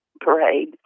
Parade